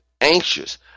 anxious